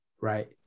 Right